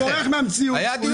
(חבר הכנסת שלמה קרעי יוצא מחדר הוועדה) לא נכון,